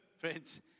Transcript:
friends